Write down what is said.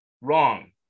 Wrong